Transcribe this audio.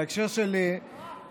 בהקשר של מתקנים,